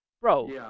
Bro